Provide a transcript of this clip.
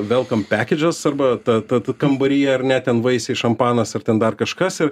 velkom pekedžas arba ta ta kambaryje ar ne ten vaisiai šampanas ar ten dar kažkas ir